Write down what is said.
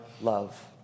love